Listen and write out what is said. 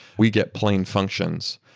we get plain functions.